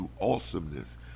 awesomeness